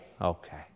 Okay